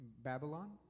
Babylon